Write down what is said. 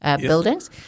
buildings